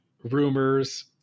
rumors